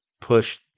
push